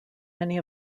many